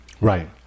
right